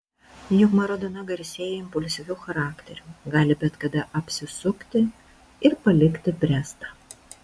juk maradona garsėja impulsyviu charakteriu gali bet kada apsisukti ir palikti brestą